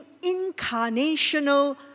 incarnational